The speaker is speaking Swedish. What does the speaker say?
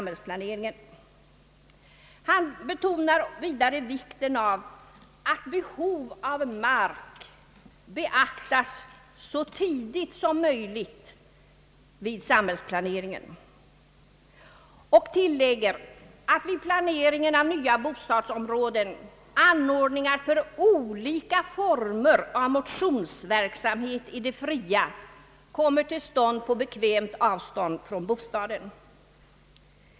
Han betonar vidare vikten av att behovet av mark beaktas så tidigt som möjligt vid samhällsplaneringen och tillägger att det är angeläget att vid planeringen av nya bostadsområden anordningar för olika former av motionsverksamhet i det fria kommer till stånd på bekvämt avstånd från bostaden.